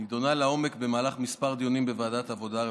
היא נדונה לעומק במהלך כמה דיונים בוועדת העבודה,